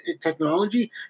technology